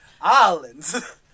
islands